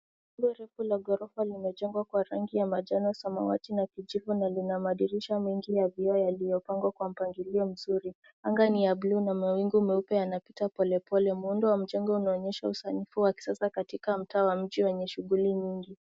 Jengo refu la gorofa limejengwa kwa rangi ya manjano, samawati na kijivu na lina madirisha mengi ya vioo yaliyo pangwa kwa mpangilip mzuri. Anga ni ya bluu na mwaingu meupe yanapita polepole. Muundo wa mjengo unaonyesha usanifu wa kisasa wa mji wenye shughuli nyingi.